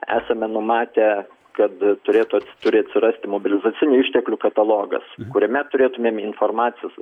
esame numatę kad turėtų turi atsirasti mobilizacinių išteklių katalogas kuriame turėtumėm informacijos